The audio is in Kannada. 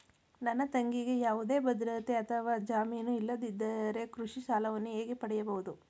ನನ್ನ ತಂಗಿಗೆ ಯಾವುದೇ ಭದ್ರತೆ ಅಥವಾ ಜಾಮೀನು ಇಲ್ಲದಿದ್ದರೆ ಕೃಷಿ ಸಾಲವನ್ನು ಹೇಗೆ ಪಡೆಯಬಹುದು?